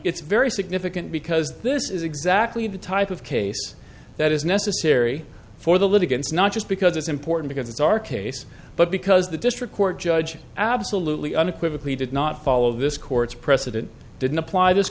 it's very significant because this is exactly the type of case that is necessary for the litigants not just because it's important because it's our case but because the district court judge absolutely unequivocally did not follow this court's precedent didn't apply this